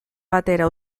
batera